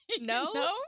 No